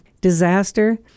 disaster